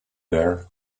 there